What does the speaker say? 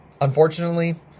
Unfortunately